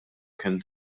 kien